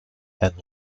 and